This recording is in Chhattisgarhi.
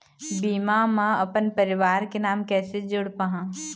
बीमा म अपन परवार के नाम कैसे जोड़ पाहां?